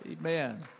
Amen